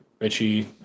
Richie